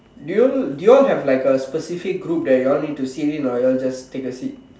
do you do you all have like a specific group that you all need to sit with or you all just take a seat